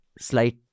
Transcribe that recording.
slight